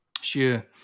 Sure